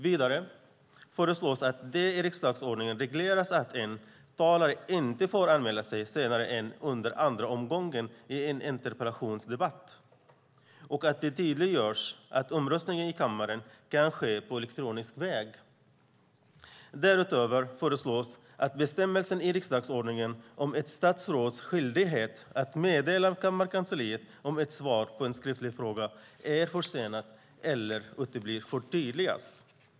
Vidare föreslås att det i riksdagsordningen regleras att en talare inte får anmäla sig senare än under andra omgången i en interpellationsdebatt och att det tydliggörs att omröstningen i kammaren kan ske på elektronisk väg. Därutöver föreslås att bestämmelsen i riksdagsordningen om ett statsråds skyldighet att meddela kammarkansliet om ett svar på en skriftlig fråga är försenat eller uteblir förtydligas.